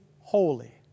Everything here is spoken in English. holy